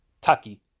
Taki